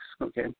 okay